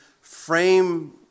frame